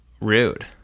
rude